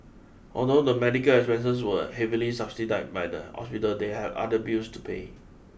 although the medical expenses were heavily subsidised by the hospital they had other bills to pay